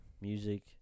Music